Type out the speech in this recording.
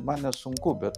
man nesunku bet